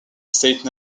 state